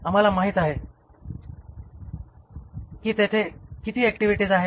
आम्हाला माहित आहे की तेथे किती ऍक्टिव्हिटी आहेत